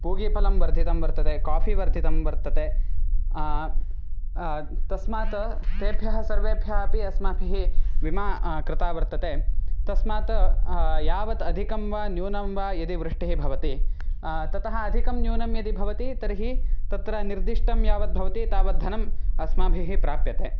पूगीफलं वर्धितं वर्तते काफ़ी वर्धितं वर्तते तस्मात् तेभ्यः सर्वेभ्यः अपि अस्माभिः विमा कृता वर्तते तस्मात् यावत् अधिकं वा न्यूनं वा यदि वृष्टिः भवति ततः अधिकं न्यूनं यदि भवति तर्हि तत्र निर्दिष्टं यावद्भवति तावद्धनम् अस्माभिः प्राप्यते